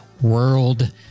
world